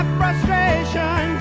frustration